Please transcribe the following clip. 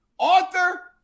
Arthur